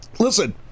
Listen